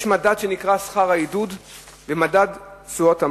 יש מדד שנקרא "שכר העידוד ומדד תשואות המס",